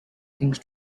things